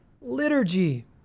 liturgy